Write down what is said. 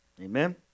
Amen